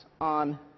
on